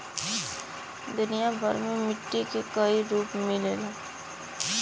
दुनिया भर में मट्टी के कई रूप मिलला